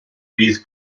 bydd